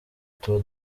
tuba